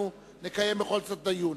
אנחנו נקיים בכל זאת דיון.